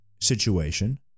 situation